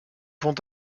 vont